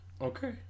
Okay